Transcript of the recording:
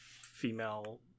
female